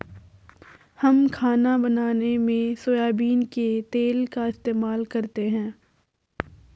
हम खाना बनाने में सोयाबीन के तेल का इस्तेमाल करते हैं